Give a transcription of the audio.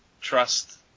trust